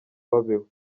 babeho